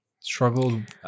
Struggled